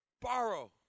Borrow